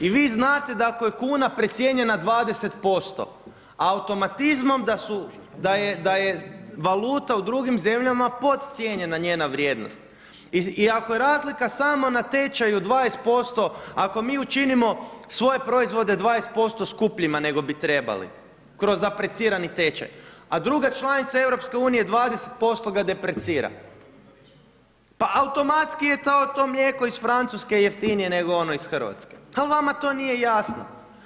I vi znate, da ako je kuna precijenjena 20% automatizmom da je valuta u drugim zemljama podcijenjena njena vrijednost i ako je razlika samo na tečaju 20%, ako mi učinimo svoje proizvode 20% skupljima nego bi trebali, kroz aplicirani tečaj, a druga članica EU 20% ga deprecira, pa automatski je to mlijeko iz Francuske jeftinije nego ono iz Hrvatske, ali vama to nije jasno.